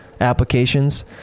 applications